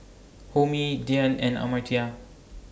Homi Dhyan and Amartya